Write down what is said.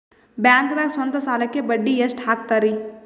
ಬ್ಯಾಂಕ್ದಾಗ ಸ್ವಂತ ಸಾಲಕ್ಕೆ ಬಡ್ಡಿ ಎಷ್ಟ್ ಹಕ್ತಾರಿ?